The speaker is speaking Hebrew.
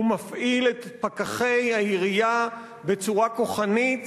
הוא מפעיל את פקחי העירייה בצורה כוחנית